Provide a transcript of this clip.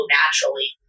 naturally